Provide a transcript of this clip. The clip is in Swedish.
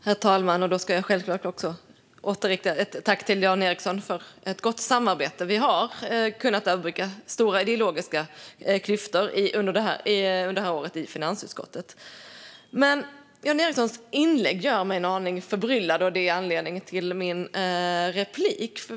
Herr talman! Jag riktar ett tack tillbaka till Jan Ericson för ett gott samarbete. Vi har i finansutskottet under året kunnat överbrygga stora ideologiska klyftor. Jan Ericsons inlägg gör mig dock en aning förbryllad, och det är anledningen till min replik.